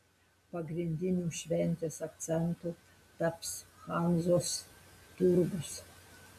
pagrindiniu šventės akcentu taps hanzos turgus